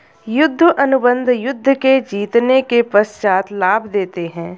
युद्ध अनुबंध युद्ध के जीतने के पश्चात लाभ देते हैं